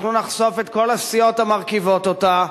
אנחנו נחשוף את כל הסיעות המרכיבות אותה,